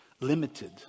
Limited